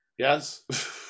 Yes